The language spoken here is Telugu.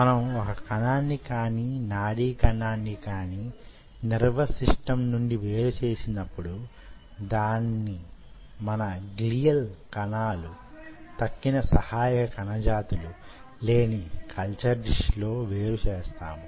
మనం ఒక కణాన్ని కాని నాడీ కణాన్ని కాని నెర్వస్ సిస్టమ్ నుండి వేరు చేసినప్పుడు దాన్ని మనం గ్లియల్ కణాలు తక్కిన సహాయక కణ జాతులు లేని కల్చర్ డిష్ లో వేరు చేస్తాము